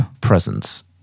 presence